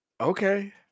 okay